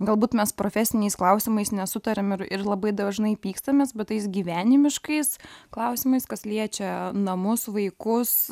galbūt mes profesiniais klausimais nesutariam ir ir labai dažnai pykstamės bet tais gyvenimiškais klausimais kas liečia namus vaikus